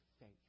faith